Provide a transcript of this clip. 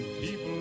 people